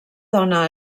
dona